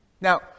Now